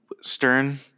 Stern